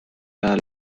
der